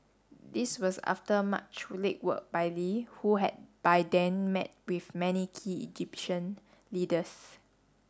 this was after much legwork by Lee who had by then met with many key Egyptian leaders